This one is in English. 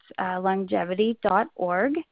longevity.org